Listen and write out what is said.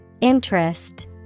Interest